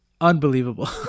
unbelievable